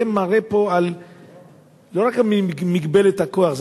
זה מראה פה לא רק על מגבלת הכוח,